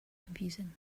confusing